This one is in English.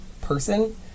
person